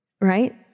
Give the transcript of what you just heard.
right